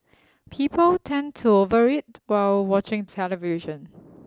people tend to over eat while watching television